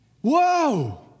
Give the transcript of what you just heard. Whoa